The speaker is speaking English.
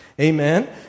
Amen